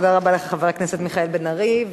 תודה רבה לחבר הכנסת מיכאל בן-ארי.